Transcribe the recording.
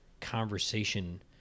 conversation